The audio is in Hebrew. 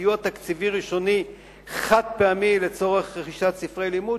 סיוע תקציבי ראשוני חד-פעמי לצורך רכישת ספרי לימוד,